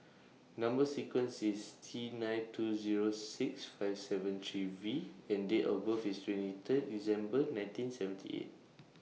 Number sequence IS T nine two Zero six five seven three V and Date of birth IS twenty Third December nineteen seventy eight